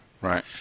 Right